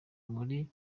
muri